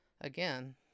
again